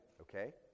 okay